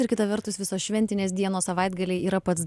ir kita vertus visos šventinės dienos savaitgaliai yra pats